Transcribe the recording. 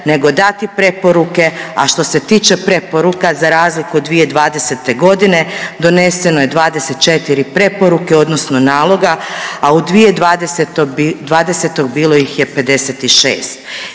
nego dati preporuke, a što se tiče preporuka za razliku od 2020. godine doneseno je 24 preporuke odnosno naloga, a u 2020. u bilo ih je 56.